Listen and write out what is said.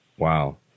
Wow